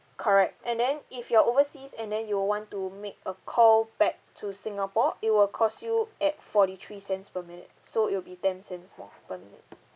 correct and then if you are overseas and then you want to make a call back to singapore it will cost you at forty three cents per minute so it'll be ten cents more per minute